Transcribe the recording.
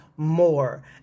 more